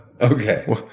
Okay